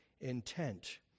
intent